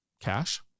cash